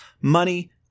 money